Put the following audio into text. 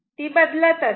ती बदलत असते